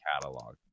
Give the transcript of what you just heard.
catalog